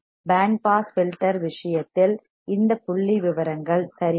pant pass filter விஷயத்தில் இந்த புள்ளிவிவரங்கள் சரியா